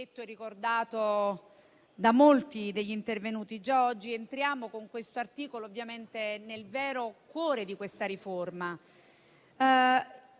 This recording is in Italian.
Grazie.